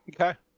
Okay